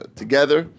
together